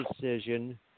decision